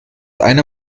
einer